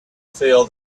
feel